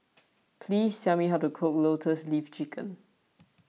please tell me how to cook Lotus Leaf Chicken